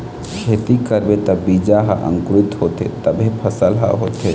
खेती करबे त बीजा ह अंकुरित होथे तभे फसल ह होथे